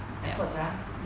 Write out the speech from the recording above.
expert sia